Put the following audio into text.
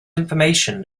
information